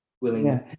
Willing